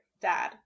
Dad